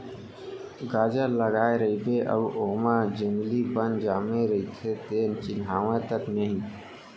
गाजर लगाए रइबे अउ ओमा जंगली बन जामे रइथे तेन चिन्हावय तक नई